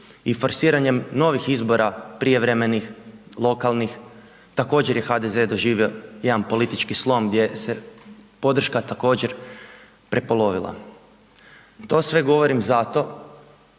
i forsiranjem novih izbora prijevremenih lokalnih, također je HDZ doživio jedan politički slom gdje se podrška također prepolovila. To sve govorim zato